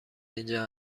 اینجا